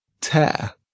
Tear